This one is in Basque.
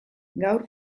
gaur